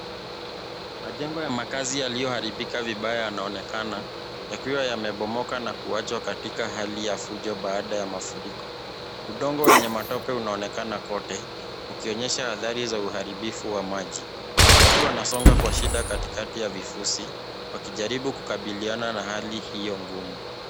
Majengo ya makazi yalioaripika vibaya yanaonekana yakiwa yamepomoka na kuwaja katika hali ya fujo baada ya mafuriko. Udongo wenye matope unaonekana kote ukionekana hatari za uharibifu wa maji. Watu wanasonga kwa shida katika ya vifusi wakijaribu kukabiliana na hali io ngumu.